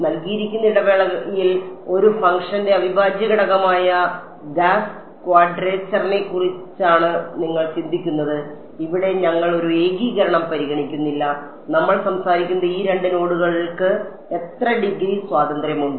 നൽകിയിരിക്കുന്ന ഇടവേളയിൽ ഒരു ഫംഗ്ഷന്റെ അവിഭാജ്യഘടകമായ ഗാസ് ക്വാഡ്രേച്ചറിനെക്കുറിച്ചാണ് നിങ്ങൾ ചിന്തിക്കുന്നത് ഇവിടെ ഞങ്ങൾ ഒരു ഏകീകരണം പരിഗണിക്കുന്നില്ല നമ്മൾ സംസാരിക്കുന്നത് ഈ 2 നോഡുകൾക്ക് എത്ര ഡിഗ്രി സ്വാതന്ത്ര്യമുണ്ട്